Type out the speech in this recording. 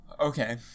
Okay